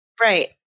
Right